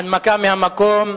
הנמקה מהמקום.